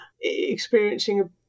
experiencing